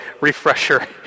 refresher